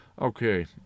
Okay